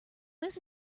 this